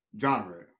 genre